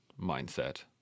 mindset